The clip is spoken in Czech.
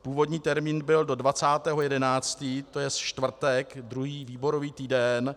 Původní termín byl do 20. 11., to je čtvrtek druhý výborový týden.